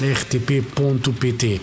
rtp.pt